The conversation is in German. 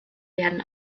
werden